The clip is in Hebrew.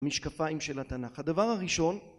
המשקפיים של התנ״ך. הדבר הראשון